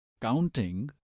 counting